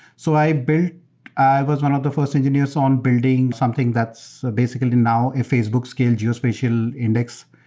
so i built i was one of the first engineers on building something that's basically now a facebook scaled geospatial index.